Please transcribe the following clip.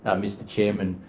um mr chairman,